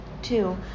Two